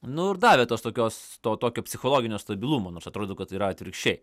nu ir davė tos tokios to tokio psichologinio stabilumo nors atrodytų kad tai yra atvirkščiai